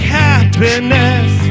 happiness